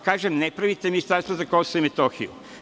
Kažem – a ne pravite ministarstvo za Kosovo i Metohiju.